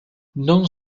non